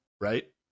right